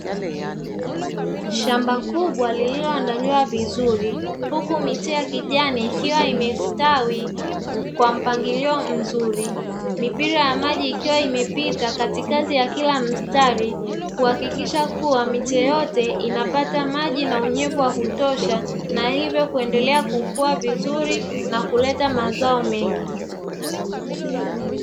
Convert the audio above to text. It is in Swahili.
Shamba kubwa lililo andaliwa vizuri, huku miti ya kijani ikiwa imestawi kwa mpangilio mzuri, mipira ya maji ikiwa imepita katikati ya kila msitari, kuhakikisha kuwa miche yote inapata maji na unyevu wa kutosha na hivyo akiendelea kukua vizuri na kuleta mazao mengi.